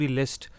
list